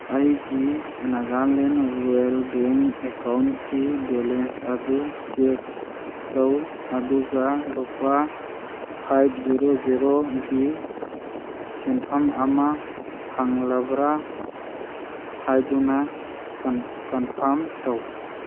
ꯑꯩꯒꯤ Nagaland rural bank ꯑꯦꯛꯀꯥꯎꯟꯒꯤ balance ꯑꯗꯨ ꯆꯦꯛ ꯇꯧ ꯑꯗꯨꯒ ꯂꯨꯄꯥ ꯐꯥꯏꯚ ꯖꯦꯔꯣ ꯖꯦꯔꯣꯒꯤ ꯁꯦꯟꯐꯝ ꯑꯃ ꯐꯪꯂꯕ꯭ꯔ ꯍꯥꯏꯕꯗꯨ ꯀꯟꯐꯥꯝ ꯇꯧ